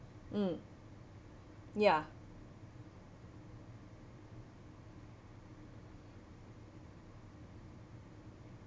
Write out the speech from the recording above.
mm ya